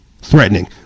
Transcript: threatening